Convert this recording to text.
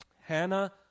hannah